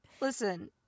Listen